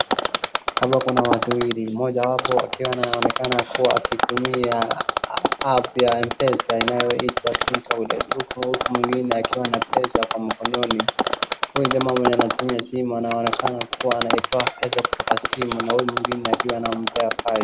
Hapa kuna watu wawili. Mmojawapo akiwa anaonekana akitumia app ya mpesa inayoitwa sim toolkit huku mwingine akiwa na pesa kwa mkononi. Huyu jamaa mwenye anatumia simu inaonekana kuwa anayetoa pesa kutoka kwenye simu na huyu mwingine akiwa anampea cash .